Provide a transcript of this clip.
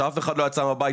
כשאף אחד לא יצא מהבית,